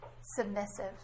submissive